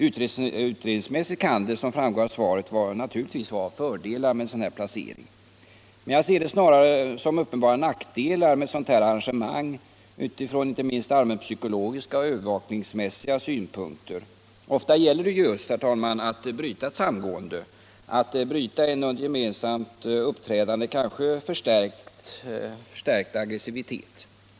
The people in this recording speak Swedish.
Utredningsmässigt kan det — som framgår av svaret — finnas fördelar med en sådan placering, men som jag ser det är ett sådant arrangemang snarare till uppenbar nackdel, inte minst utifrån allmänpsykologiska och övervakningsmässiga synpunkter. Ofta gäller det just, herr talman, att bryta ett samgående, att bryta en under gemensamt uppträdande kanske förstärkt aggressivitet.